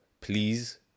please